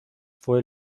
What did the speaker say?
fue